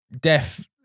death